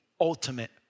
ultimate